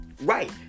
Right